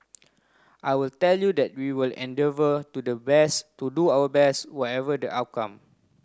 I will tell you that we will endeavour to the west to do our best whatever the outcome